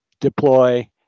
deploy